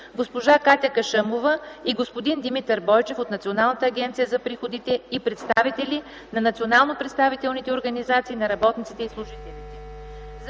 госпожа Катя Кашъмова и господин Димитър Бойчев от Националната агенция за приходите и представители на национално представителните организации на работниците и служителите.